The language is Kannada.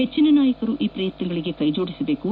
ಹೆಚ್ಚಿನ ನಾಯಕರು ಈ ಪ್ರಯತ್ನಗಳಿಗೆ ಕೈಜೋಡಿಸಬೇಕು